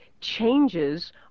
changes